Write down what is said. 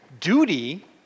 duty